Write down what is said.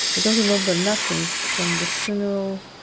i don't remember nothing from the funeral,